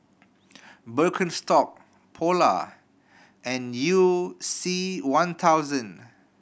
Birkenstock Polar and You C One thousand